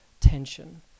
tension